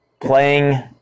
playing